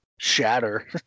shatter